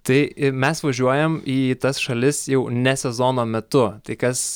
tai mes važiuojam į tas šalis jau ne sezono metu tai kas